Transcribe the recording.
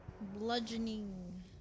Bludgeoning